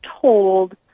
told